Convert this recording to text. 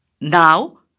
Now